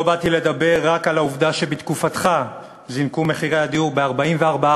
לא באתי לדבר רק על העובדה שבתקופתך זינקו מחירי הדיור ב-44%,